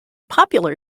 popular